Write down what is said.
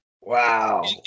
Wow